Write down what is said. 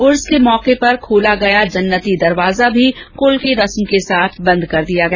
उर्स े के मौके पर खोला गया जन्नती दरवाजा भी कुल की रस्म के बाद बंद कर दिया गया